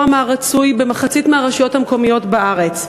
מהרצוי במחצית מהרשויות המקומיות בארץ.